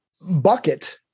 bucket